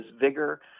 vigor